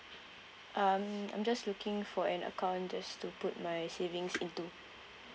um I'm just looking for an account just to put my savings into